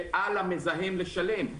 שעל המזהם לשלם.